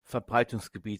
verbreitungsgebiet